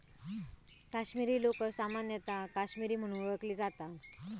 काश्मीरी लोकर सामान्यतः काश्मीरी म्हणून ओळखली जाता